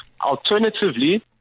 Alternatively